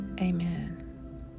Amen